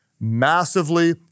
Massively